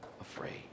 afraid